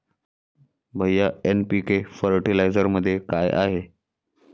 भैय्या एन.पी.के फर्टिलायझरमध्ये काय आहे?